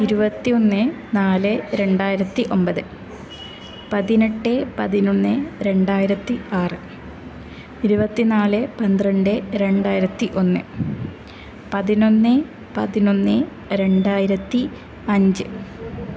ഇരുപത്തിയൊന്ന് നാല് രണ്ടായിരത്തി ഒന്പത് പതിനെട്ട് പതിനൊന്ന് രണ്ടായിരത്തി ആറ് ഇരുപത്തി നാല് പന്ത്രണ്ട് രണ്ടായിരത്തി ഒന്ന് പതിനൊന്ന് പതിനൊന്ന് രണ്ടായിരത്തി അഞ്ച്